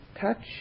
touch